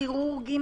כירורגיים,